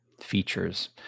features